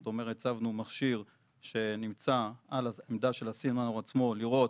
זאת אומרת הצבנו מכשיר שנמצא על העמדה של הסימנור עצמו לראות